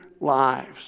lives